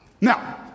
Now